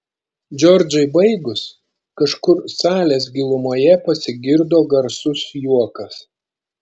džordžai baigus kažkur salės gilumoje pasigirdo garsus juokas